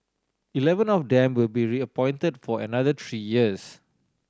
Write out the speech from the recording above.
eleven of them will be reappointed for another three years